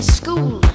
school